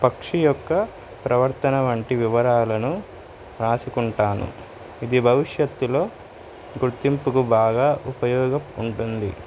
పక్షి యొక్క ప్రవర్తన వంటి వివరాలను రాసుకుంటాను ఇది భవిష్యత్తులో గుర్తింపుకు బాగా ఉపయోగం ఉంటుంది